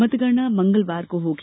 मतगणना मंगलवार को होगी